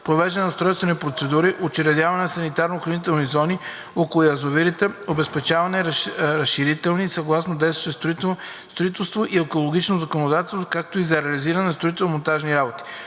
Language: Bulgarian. провеждане на устройствени процедури, учредяване на санитарно-охранителни зони около язовирите, обезщетения, разрешителни съгласно действащото строително и екологично законодателство, както и за реализиране на строително-монтажни работи.